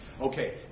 Okay